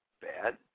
bad